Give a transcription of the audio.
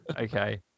Okay